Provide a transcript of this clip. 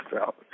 out